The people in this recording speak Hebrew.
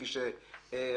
כפי שראיתם,